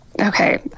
okay